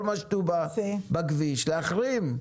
כל משטובה בכביש להחרים.